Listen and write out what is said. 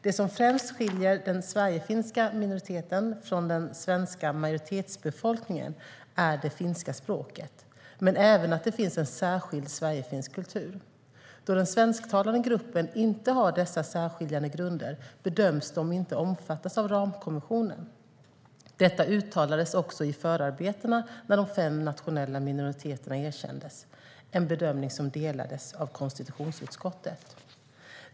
Det som främst skiljer den sverigefinska minoriteten från den svenska majoritetsbefolkningen är det finska språket, men även att det finns en särskild sverigefinsk kultur. Då den svensktalande gruppen inte har dessa särskiljande grunder bedöms den inte omfattas av ramkonventionen. Detta uttalades också i förarbetena när de fem nationella minoriteterna erkändes, en bedömning som delades av konstitutionsutskottet.